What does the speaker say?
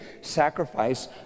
sacrifice